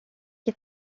qui